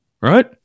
right